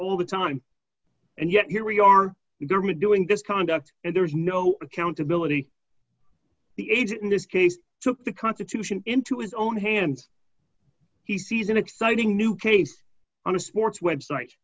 all the time and yet here we are there me doing this conduct and there's no accountability the agent in this case took the constitution into his own hands he sees an exciting new case on a sports web site